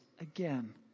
again